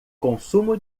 consumo